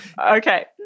Okay